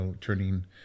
turning